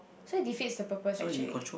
so this is the purpose actually